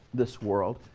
this world.